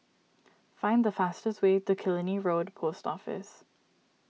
find the fastest way to Killiney Road Post Office